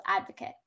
advocate